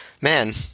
man